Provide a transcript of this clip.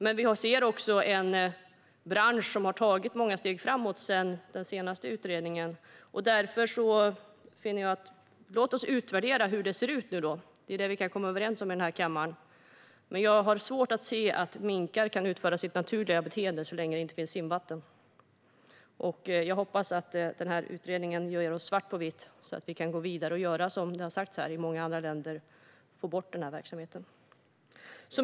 Men vi ser också en bransch som har tagit många steg framåt sedan den senaste utredningen gjordes. Låt oss därför utvärdera hur det ser ut. Det är det som vi kan komma överens om i denna kammare. Men jag har svårt att se att minkar kan utföra sitt naturliga beteende så länge det inte finns vatten att simma i. Jag hoppas att denna utredning ger oss svart på vitt, så att vi kan gå vidare och göra det som har sagts här och få bort denna verksamhet, vilket har skett i många andra länder.